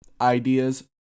ideas